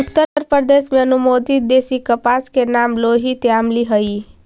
उत्तरप्रदेश में अनुमोदित देशी कपास के नाम लोहित यामली हई